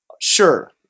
Sure